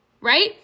Right